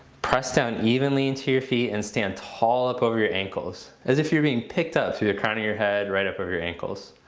press down evenly into your feet and stand tall up over your ankles as if your were being picked up through the crown of your head right up over your ankles.